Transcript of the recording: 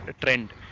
trend